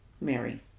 Mary